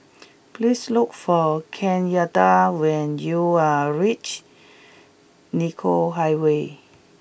please look for Kenyatta when you reach Nicoll Highway